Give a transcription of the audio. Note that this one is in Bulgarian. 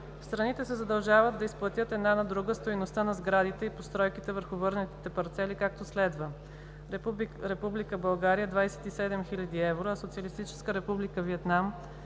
Страните се задължават да изплатят една на друга стойността на сградите и постройките върху върнатите парцели както следва: Република България